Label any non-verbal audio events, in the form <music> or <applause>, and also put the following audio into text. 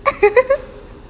<laughs>